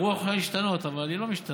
הרוח יכולה להשתנות, אבל היא לא משתנה.